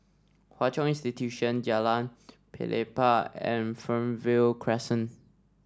Hwa Chong Institution Jalan Pelepah and Fernvale Crescent